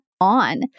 on